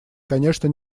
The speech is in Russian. конечно